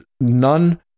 none